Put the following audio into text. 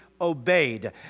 obeyed